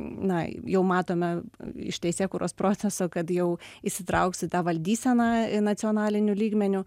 na jau matome iš teisėkūros proceso kad jau įsitrauks į tą valdyseną ir nacionaliniu lygmeniu